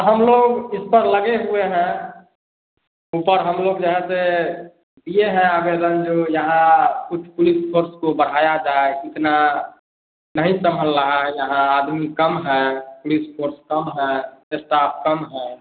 हम लोग इस पर लगे हुए हैं उलटा हम लोग यहाँ से दिए हैं आवेदन जो यहाँ कुछ पुलिस फोर्स को बढ़ाया जाए कि इतना नहीं संभाल रहा है जहाँ आदमी कम है पुलिस फोर्स कम है इस्टाफ कम है